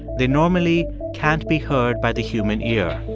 they normally can't be heard by the human ear